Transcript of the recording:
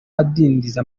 adindiza